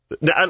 Now